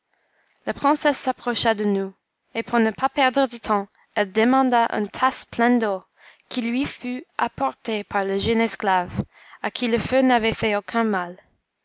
la princesse s'approcha de nous et pour ne pas perdre de temps elle demanda une tasse pleine d'eau qui lui fut apportée par le jeune esclave à qui le feu n'avait fait aucun mal